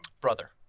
brother